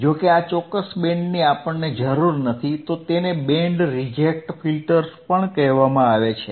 જો કે આ ચોક્કસ બેન્ડની આપણને જરૂર નથી તો તેને બેન્ડ રિજેક્ટ ફિલ્ટર્સ પણ કહેવામાં આવે છે